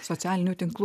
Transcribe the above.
socialinių tinklų